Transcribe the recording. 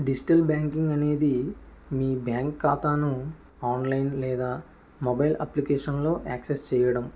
digital banking అనేది మీ bank ఖాతాను ఆన్లైన్ లేదా మొబైల్ అప్లికేషన్ లో యాక్సస్ చేయడం